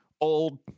old